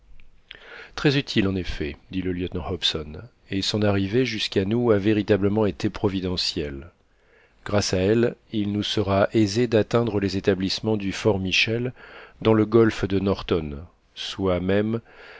très utile en effet dit le lieutenant hobson et son arrivée jusqu'à nous a véritablement été providentielle grâce à elle il nous sera aisé d'atteindre les établissements du fort michel dans le golfe de norton